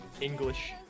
English